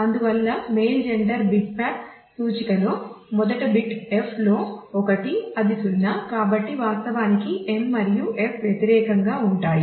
అందువల్ల male gender bitmap సూచికలో మొదటి బిట్ f లో 1 అది 0 కాబట్టి వాస్తవానికి m మరియు f వ్యతిరేకంగా ఉంటాయి